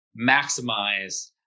maximize